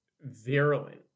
virulent